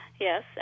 yes